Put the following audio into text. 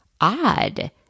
odd